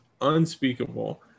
unspeakable